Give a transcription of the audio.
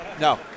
No